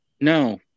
No